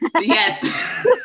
Yes